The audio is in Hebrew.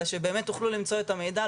אלא שבאמת תוכלו למצוא המידע.